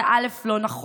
זה לא נכון,